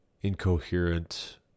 incoherent